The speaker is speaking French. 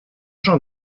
jean